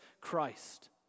Christ